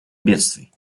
бедствий